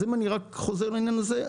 אם אני חוזר לעניין הזה,